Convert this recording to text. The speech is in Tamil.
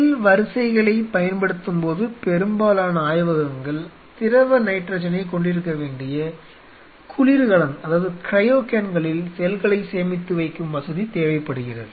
செல் வரிசைகளைப் பயன்படுத்தும் பெரும்பாலான ஆய்வகங்கள் திரவ நைட்ரஜனைக் கொண்டிருக்க வேண்டிய குளிர்கலன்களில் செல்களைச் சேமித்து வைக்கும் வசதி தேவைப்படுகிறது